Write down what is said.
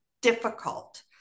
difficult